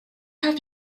have